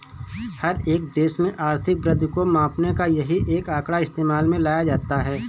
हर एक देश में आर्थिक वृद्धि को मापने का यही एक आंकड़ा इस्तेमाल में लाया जाता है